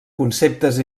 conceptes